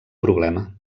problema